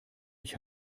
ich